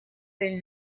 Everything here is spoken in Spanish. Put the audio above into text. del